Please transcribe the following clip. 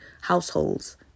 households